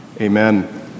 Amen